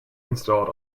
installed